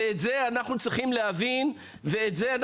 ואת זה אנחנו צריכים להבין ולשמוע.